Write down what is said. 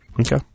Okay